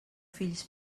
fills